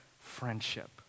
friendship